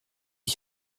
ich